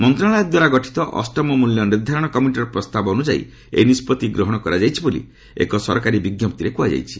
ମନ୍ତ୍ରଶାଳୟ ଦ୍ୱାରା ଗଠିତ ଅଷ୍ଟମ ମୂଲ୍ୟ ନିର୍ଦ୍ଧାରଣ କମିଟିର ପ୍ରସ୍ତାବ ଅନୁଯାୟୀ ଏହି ନିଷ୍କଭି ଗ୍ରହଣ କରାଯାଇଛି ବୋଲି ଏକ ସରକାରୀ ବିଞ୍ଜପ୍ତିରେ କୁହାଯାଇଛି